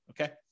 Okay